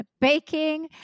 Baking